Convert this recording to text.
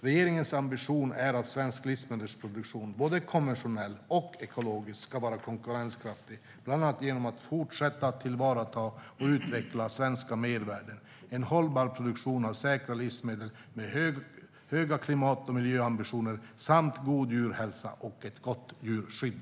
Regeringens ambition är att svensk livsmedelsproduktion, både konventionell och ekologisk, ska vara konkurrenskraftig bland annat genom att fortsätta tillvarata och utveckla svenska mervärden - en hållbar produktion av säkra livsmedel med höga klimat och miljöambitioner samt god djurhälsa och ett gott djurskydd.